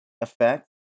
effect